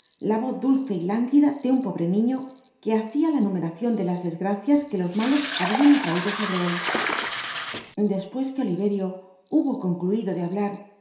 la voz dulce y lánguida de un pobre niño que hacia la numeracion de las desgracias que los malos habian atraido sobre él despues que oliverio hubo concluido de hablar